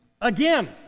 again